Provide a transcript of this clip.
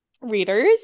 readers